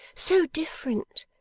so different!